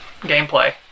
gameplay